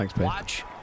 watch